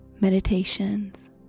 Meditations